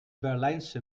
berlijnse